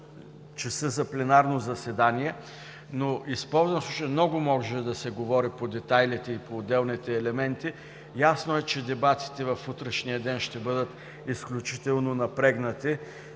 часа за пленарно заседание, но много може да се говори по детайлите и по отделните елементи. Ясно е, че дебатите в утрешния ден ще бъдат изключително напрегнати,